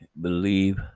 believe